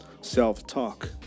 Self-talk